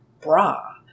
bra